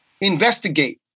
investigate